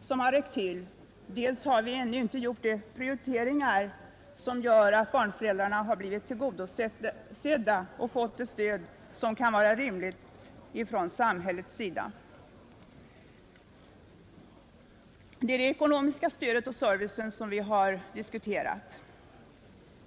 som räcker till, dels att vi ännu inte har gjort sådana prioriteringar att barnföräldrarna har blivit tillgodosedda och fått det stöd som kan vara rimligt från samhällets sida. Det är det ekonomiska stödet och servicen där som vi har diskuterat.